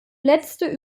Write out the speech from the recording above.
letzte